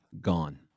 gone